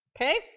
Okay